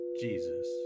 Jesus